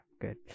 good